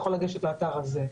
יכול לגשת לאתר הזה.